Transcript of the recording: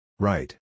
Right